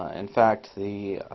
ah in fact, the